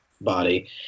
body